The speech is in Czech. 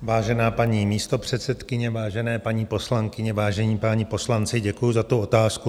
Vážená paní místopředsedkyně, vážené paní poslankyně, vážení páni poslanci, děkuji za tu otázku.